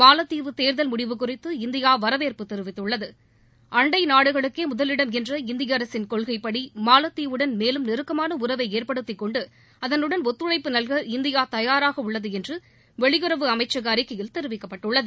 மாலத்தீவு தேர்தல் முடிவு குறித்து இந்தியா வரவேற்பு தெரிவித்துள்ளது அண்டை நாடுகளுக்கே முதலிடம் என்ற இந்திய அரசின் கொள்கைப்படி மாலத்தீவுடன் மேலும் நெருக்கமான உறவை ஏற்படுத்திக் கொண்டு அதனுடன் ஒத்துழைப்பு நல்க இந்தியா தயாராக உள்ளது என்று வெளியுறவு அமைச்சக அறிக்கையில் தெரிவிக்கப்பட்டுள்ளது